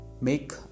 make